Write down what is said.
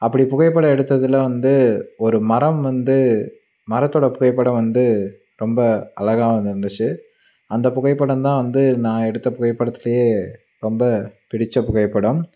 அப்படி புகைப்படம் எடுத்ததில் வந்து ஒரு மரம் வந்து மரத்தோடய புகைப்படம் வந்து ரொம்ப அழகா வந்துருந்துச்சு அந்த புகைப்படம்தான் வந்து நான் எடுத்த புகைப்படத்திலையே ரொம்ப பிடித்த புகைப்படம்